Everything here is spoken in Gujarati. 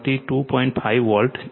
5 વોલ્ટ છે